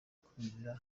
kumvira